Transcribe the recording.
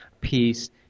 peace